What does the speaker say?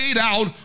out